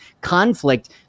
conflict